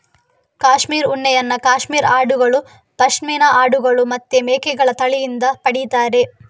cashmere ಉಣ್ಣೆಯನ್ನ cashmere ಆಡುಗಳು, ಪಶ್ಮಿನಾ ಆಡುಗಳು ಮತ್ತೆ ಮೇಕೆಗಳ ತಳಿಯಿಂದ ಪಡೀತಾರೆ